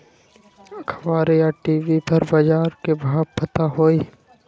अखबार या टी.वी पर बजार के भाव पता होई?